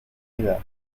vida